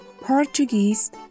Portuguese